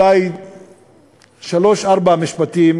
אולי שלושה או ארבעה משפטים,